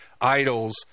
idols